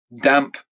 damp